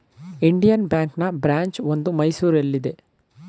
Indian ಬ್ಯಾಂಕ್ನ branch ಒಂದು ಮೈಸೂರಲ್ಲಿದೆ